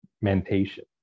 mentation